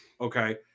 Okay